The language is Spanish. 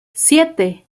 siete